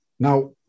Now